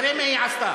תראה מה היא עשתה.